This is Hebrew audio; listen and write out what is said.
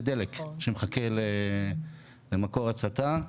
זה דלק שמחכה למקור הצתה.